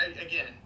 again